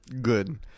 Good